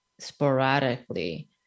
sporadically